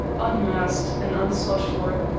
unasked and unsought for,